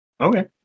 Okay